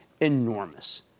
enormous